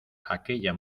aquella